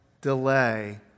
delay